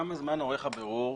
כמה זמן יארך הבירור